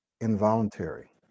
involuntary